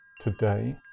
Today